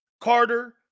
Carter